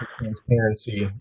transparency